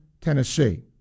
Tennessee